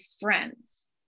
friends